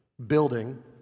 building